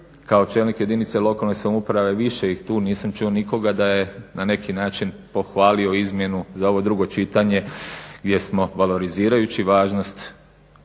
Kao čelnik jedinice lokalne samouprave više ih tu nisam čuo nikoga da je na neki način pohvalio izmjenu za ovo drugo čitanje gdje smo valorizirajući važnost